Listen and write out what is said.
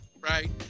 right